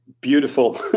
beautiful